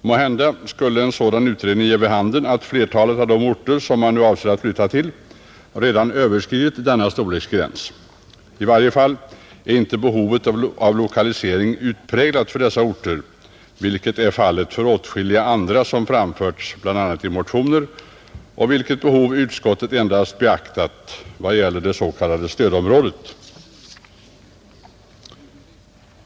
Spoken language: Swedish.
Måhända skulle en sådan utredning ge vid handen att flertalet av de orter som man avser att flytta till redan överskridit denna storleksgräns, I varje fall är inte behovet av lokalisering utpräglat för dessa orter, vilket är fallet för åtskilliga andra som framförts bl.a. i motioner, men vilkas behov utskottet endast beaktat i vad gäller det s.k. stödområdet.